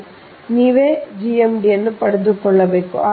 ಆದ್ದರಿಂದ ನೀವೇ GMD ಪಡೆದುಕೊಳ್ಳಬೇಕು